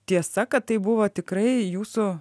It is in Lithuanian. tiesa kad tai buvo tikrai jūsų